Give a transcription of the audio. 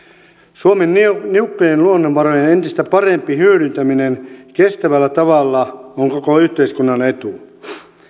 suomen niukkojen luonnonvarojen entistä parempi hyödyntäminen kestävällä tavalla on koko yhteiskunnan etu